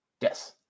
Yes